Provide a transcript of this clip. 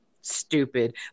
Stupid